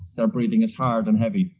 their breathing is hard and heavy.